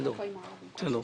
תודה רבה.